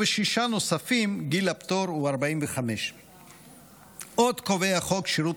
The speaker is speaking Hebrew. ובשישה נוספים גיל הפטור הוא 45. עוד קובע חוק שירות